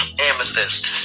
amethyst